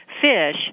fish